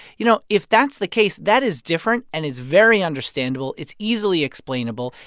you know, if that's the case, that is different and is very understandable. it's easily explainable.